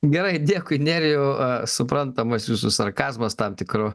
gerai dėkui nerijau suprantamas jūsų sarkazmas tam tikru